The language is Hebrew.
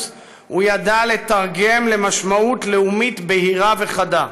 הוא ידע לתרגם למשמעות לאומית בהירה וחדה.